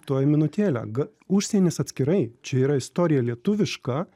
tuoj minutėlę ga užsienis atskirai čia yra istorija lietuviška